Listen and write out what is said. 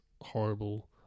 horrible